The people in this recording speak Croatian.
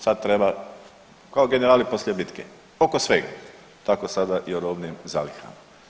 Sad treba kao generali poslije bitke oko svega, tako sada i o robnim zalihama.